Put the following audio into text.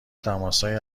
تماسهایی